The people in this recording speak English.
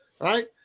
right